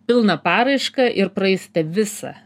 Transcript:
pilną paraišką ir praeisite visą